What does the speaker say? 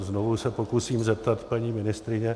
Znovu se pokusím zeptat paní ministryně.